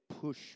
push